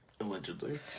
Allegedly